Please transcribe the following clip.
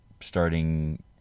starting